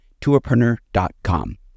tourpreneur.com